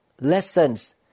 lessons